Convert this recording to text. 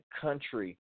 country